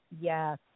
yes